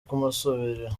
kumusubirira